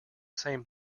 same